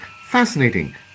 fascinating